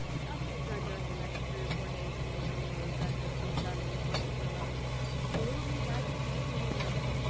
nothing occurred during the next three or four days, to make elinor regret what she had done, in applying to her mother for willoughby neither came nor wrote.